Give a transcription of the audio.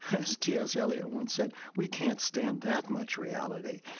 as t s. eliot once said, we can't stand that much reality.